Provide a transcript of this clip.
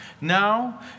Now